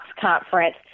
conference